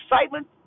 excitement